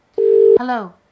Hello